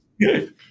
good